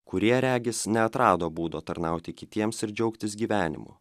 kurie regis neatrado būdo tarnauti kitiems ir džiaugtis gyvenimu